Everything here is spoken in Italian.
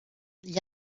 gli